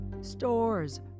stores